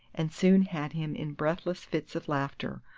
and soon had him in breathless fits of laughter,